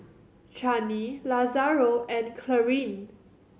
Chanie Lazaro and Clarine